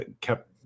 kept